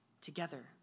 together